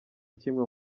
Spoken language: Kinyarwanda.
kimwe